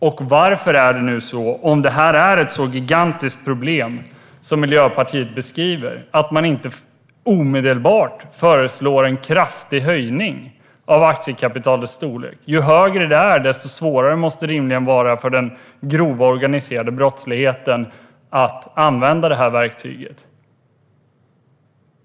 Och om detta nu är ett sådant gigantiskt problem som Miljöpartiet beskriver - varför föreslår ni då inte omedelbart en kraftig ökning av aktiekapitalet? Ju större det är, desto svårare måste det rimligen vara för den grova organiserade brottsligheten att använda detta verktyg.